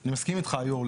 אני מסכים איתך היו"ר,